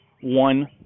one